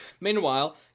Meanwhile